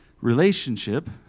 relationship